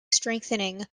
strengthening